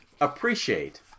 appreciate